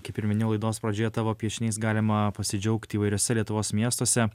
kaip ir minėjau laidos pradžioje tavo piešiniais galima pasidžiaugti įvairiuose lietuvos miestuose